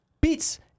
beats